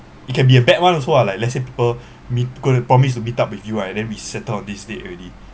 it can be a bad one also ah like let's say people meet going to promise to meet up with you right and then we settle on this date already